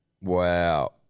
Wow